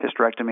hysterectomy